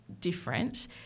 different